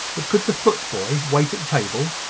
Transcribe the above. but could the footboy wait at table?